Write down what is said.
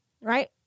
right